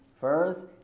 First